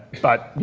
but,